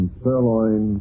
sirloin